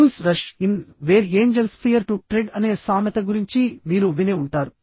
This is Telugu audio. fools rush in where angels fear to tread అనే సామెత గురించి మీరు వినే ఉంటారు